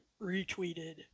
retweeted